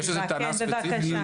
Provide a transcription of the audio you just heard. כן, בבקשה.